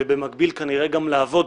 ובמקביל כנראה גם לעבוד,